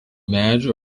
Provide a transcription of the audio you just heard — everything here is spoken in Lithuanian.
medžių